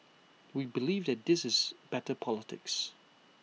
we believe that this is better politics